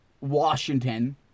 Washington